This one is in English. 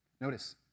Notice